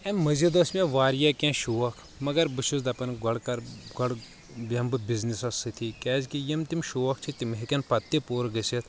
امہِ مزید أسۍ مےٚ واریاہ کینٛہہ شوق مگر بہٕ چھُس دپان گۄڈٕ کر گۄڈ بہمہٕ بہٕ بزنسس سۭتی کیاز کہِ یم تِم شوق چھِ تِم ہیٚکَن پتہٕ تہِ پوٗرٕ گٔژھِتھ